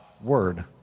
word